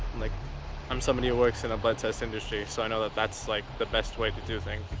like i'm somebody who works in a blood test industry, so i know that that's, like, the best way to do things.